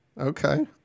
Okay